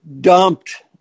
dumped